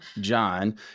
John